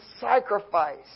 sacrifice